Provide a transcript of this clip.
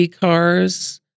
cars